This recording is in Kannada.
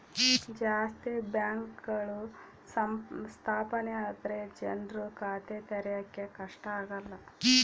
ಜಾಸ್ತಿ ಬ್ಯಾಂಕ್ಗಳು ಸ್ಥಾಪನೆ ಆದ್ರೆ ಜನ್ರು ಖಾತೆ ತೆರಿಯಕ್ಕೆ ಕಷ್ಟ ಆಗಲ್ಲ